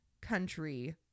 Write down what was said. country